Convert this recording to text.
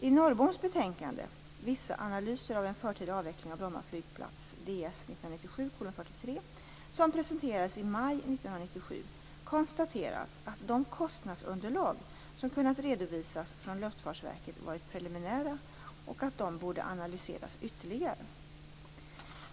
I Norrboms betänkande Vissa analyser av en förtida avveckling av Bromma flygplats , som presenterades i maj 1997 konstateras att de kostnadsunderlag som kunnat redovisas från Luftfartsverket varit preliminära och att de borde analyseras ytterligare.